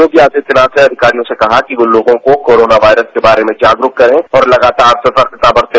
योगी आदित्यनाथ ने अधिकारियों से कहा कि वो लोगों को कोरोना वायरस के बारे में जागरुक करें और लगातार सतर्कता बरतें